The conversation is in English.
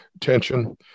tension